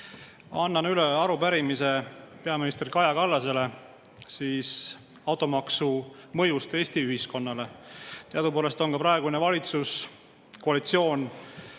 Annan üle arupärimise peaminister Kaja Kallasele automaksu mõju kohta Eesti ühiskonnale. Teadupoolest on praegune valitsuskoalitsioon